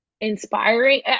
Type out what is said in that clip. inspiring